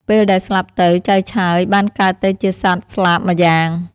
ពេលដែលស្លាប់ទៅចៅឆើយបានកើតទៅជាសត្វស្លាបម្យ៉ាង។